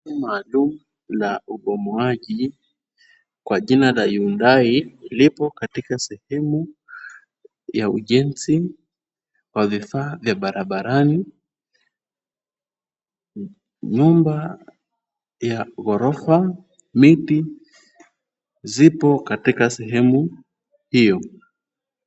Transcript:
Gari maalum la ubomoaji kwa jina la Hyundai lipo katika sehemu ya ujenzi wa vifaa vya barabarani, nyumba ya ghorofa, miti zipo katika sehemu hiyo.